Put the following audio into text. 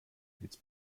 mit